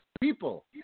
people